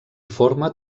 forma